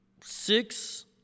six